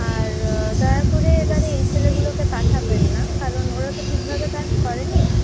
আর দয়া করে এবারে এই ছেলেগুলোকে পাঠাবেন না কারণ ওরা তো ঠিকভাবে কাজ করেনি